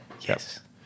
Yes